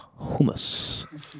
hummus